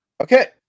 Okay